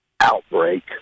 outbreak